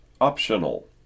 optional